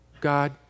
God